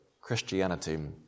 Christianity